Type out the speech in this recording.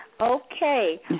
Okay